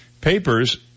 Papers